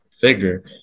figure